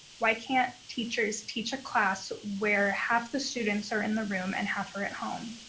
why can't teachers teach a class where half the students are in the room and half are at home?